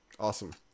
awesome